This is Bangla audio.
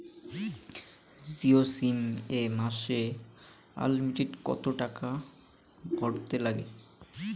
জিও সিম এ মাসে আনলিমিটেড কত টাকা ভরের নাগে?